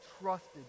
trusted